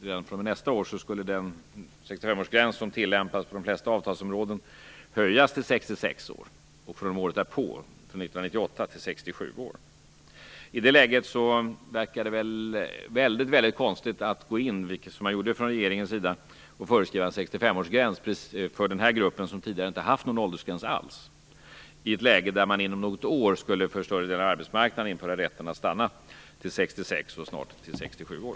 Redan fr.o.m. nästa år skulle den 65 årsgräns som tillämpas på de flesta avtalsområden höjas till 66 år och från året därpå, år 1998, till 67 år. I det läget verkar det väldigt konstigt att som regeringen gjorde gå in och föreskriva 65-årsgräns för denna grupp, som tidigare inte haft någon åldersgräns alls, i ett läge där man inom något år skulle för större delen av arbetsmarknaden införa rätten att stanna till 66 år och snart till 67 år.